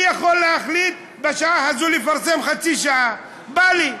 אני יכול להחליט בשעה הזו לפרסם חצי שעה, בא לי,